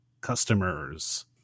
customers